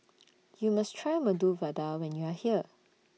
YOU must Try Medu Vada when YOU Are here